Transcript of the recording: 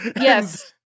Yes